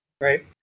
right